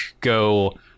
go